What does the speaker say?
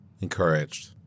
Encouraged